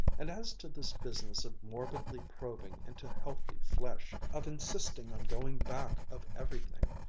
and as to this business of morbidly probing into healthy flesh, of insisting on going back of everything,